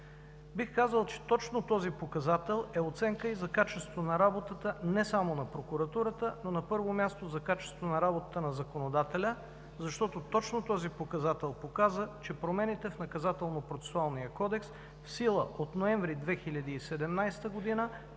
Бих казал, че точно този показател е оценка и за качеството на работата не само на Прокуратурата, но на първо място за качеството на работата на законодателя, защото точно този показател показа, че промените в Наказателно-процесуалния